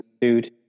dude